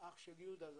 אח של יהודה,